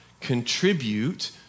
contribute